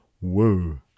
Whoa